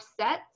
sets